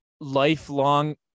lifelong